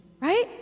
Right